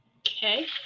Okay